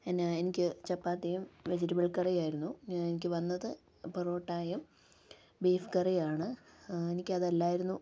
എന്നാ എനിക്ക് ചപ്പാത്തിയും വെജിറ്റബിള് കറിയായിരുന്നു എനിക്ക് വന്നത് പൊറോട്ടയും ബീഫ് കറിയാണ് എനിക്കതല്ലായിരുന്നു